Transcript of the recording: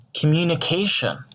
Communication